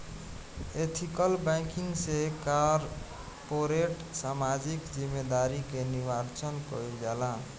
ethical banking से corporate सामाजिक जिम्मेदारी के निर्वाचन कईल जाला